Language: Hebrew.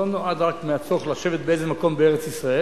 לא נועד רק מהצורך לשבת באיזה מקום בארץ-ישראל,